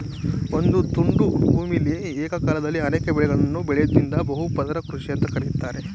ಒಂದು ತುಂಡು ಭೂಮಿಯಲಿ ಏಕಕಾಲದಲ್ಲಿ ಅನೇಕ ಬೆಳೆಗಳನ್ನು ಬೆಳಿಯೋದ್ದನ್ನ ಬಹು ಪದರ ಕೃಷಿ ಅಂತ ಕರೀತಾರೆ